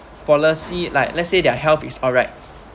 policy like let's say their health is alright